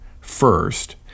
first